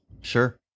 Sure